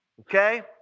okay